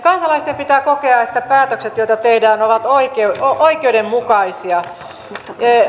kansalaisten pitää kokea että päätökset joita tehdään ovat oikeudenmukaisia